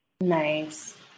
Nice